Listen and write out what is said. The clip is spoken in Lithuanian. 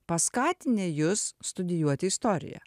paskatinę jus studijuoti istoriją